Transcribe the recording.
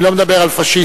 אני לא מדבר על "פאשיסט",